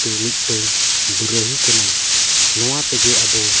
ᱫᱚ ᱢᱤᱫᱴᱟᱹᱝ ᱵᱟᱹᱨᱟᱹᱦᱤ ᱠᱟᱱᱟ ᱱᱚᱣᱟ ᱛᱮᱜᱮ ᱟᱵᱚ